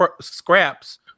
scraps